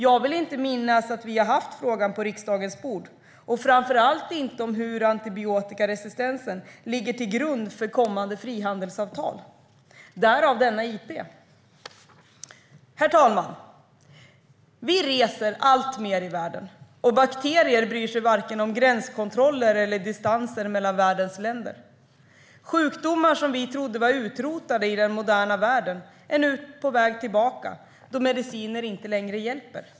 Jag vill minnas att vi inte har haft frågan på riksdagens bord och framför allt inte hur antibiotikaresistensen ligger till grund för kommande frihandelsavtal; därav denna interpellation. Herr talman! Vi reser alltmer i världen, och bakterier bryr sig varken om gränskontroller eller distansen mellan världens länder. Sjukdomar som vi trodde var utrotade i den moderna världen är nu på väg tillbaka, då mediciner inte längre hjälper.